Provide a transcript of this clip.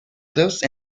closed